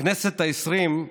בכנסת העשרים,